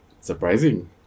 Surprising